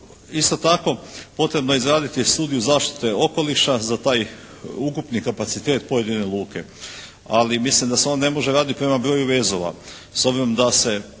isto tako potrebno je izraditi studiju zaštite okoliša za taj ukupni kapacitet pojedine luke. Ali, mislim da se on ne može raditi prema broju vezova s obzirom da se